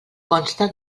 consta